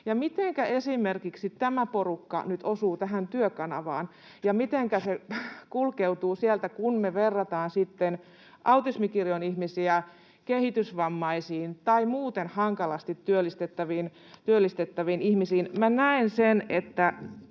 Mitenkä esimerkiksi tämä porukka nyt osuu tähän Työkanavaan, ja mitenkä se kulkeutuu sieltä, kun verrataan autismin kirjon ihmisiä kehitysvammaisiin tai muuten hankalasti työllistettäviin ihmisiin?